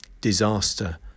disaster